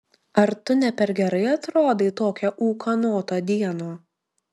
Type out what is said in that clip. ar tu ne per gerai atrodai tokią ūkanotą dieną